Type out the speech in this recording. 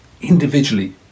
individually